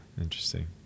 interesting